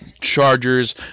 Chargers